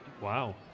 Wow